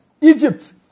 Egypt